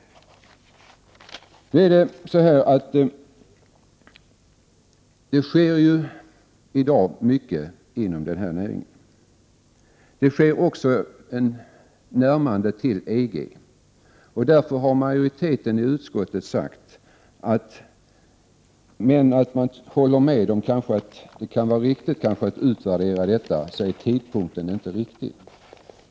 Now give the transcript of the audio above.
I dag sker det ju mycket inom näringen, även ett närmande till EG. Därför har majoriteten i utskottet sagt att även om det kan vara bra med en utvärdering är tidpunkten inte den rätta.